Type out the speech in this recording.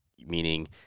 Meaning